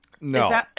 No